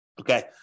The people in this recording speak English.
Okay